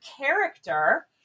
character